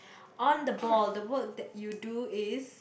on the ball the work that you do is